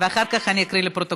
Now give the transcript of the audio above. ואחר כך אקריא לפרוטוקול.